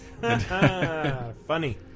Funny